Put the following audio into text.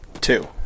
Two